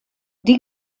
die